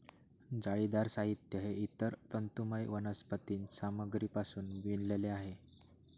जाळीदार साहित्य हे इतर तंतुमय वनस्पती सामग्रीपासून विणलेले आहे